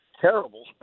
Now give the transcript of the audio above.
terrible